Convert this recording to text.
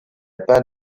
peint